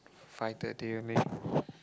five thirty I mean